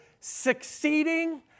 succeeding